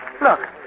Look